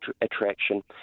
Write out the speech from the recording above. attraction